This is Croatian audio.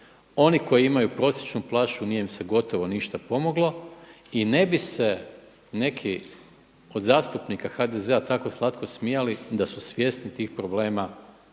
oni koji imaju prosječnu plaću nije im se gotovo ništa pomoglo. I ne bi se neki od zastupnika HDZ-a tako slatko smijali da su svjesni tih problema